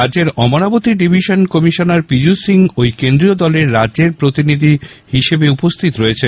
রাজ্যের অমরাবতী ডিভিশনে কমিশনার পীযুষ সিং ঐ কেন্দ্রীয় দলের রাজ্যের প্রতিনিধি হিসাবে উপস্থিত রয়েছেন